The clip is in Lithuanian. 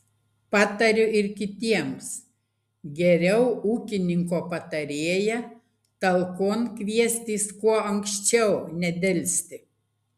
patariu ir kitiems geriau ūkininko patarėją talkon kviestis kuo anksčiau nedelsti